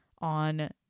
on